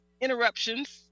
interruptions